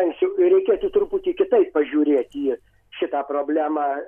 anksčiau reikėtų truputį kitaip pažiūrėti į šitą problemą